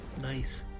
Nice